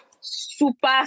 super